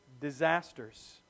disasters